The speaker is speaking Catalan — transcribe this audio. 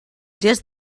gest